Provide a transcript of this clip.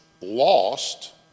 lost